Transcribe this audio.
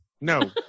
No